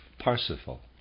Parsifal